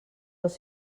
els